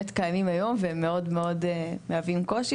קיימים כיום והם מאוד מהווים קושי.